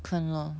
看 lor